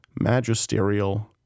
magisterial